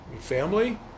Family